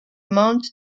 mount